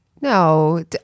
No